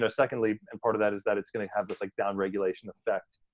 ah secondly, and part of that is that it's gonna have this like downregulation effect.